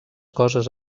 coses